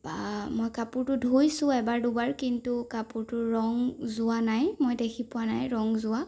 বা মই কাপোৰটো ধুইছো এবাৰ দুবাৰ কিন্তু কাপোৰটোৰ ৰং যোৱা নাই মই দেখি পোৱা নাই ৰং যোৱা